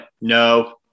no